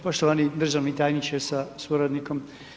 Poštovani državni tajniče sa suradnikom.